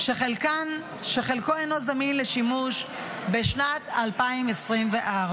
"-- שחלקו אינו זמין לשימוש בשנת 2024,